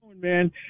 man